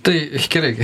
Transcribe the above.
tai gerai